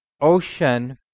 ocean